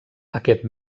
aquest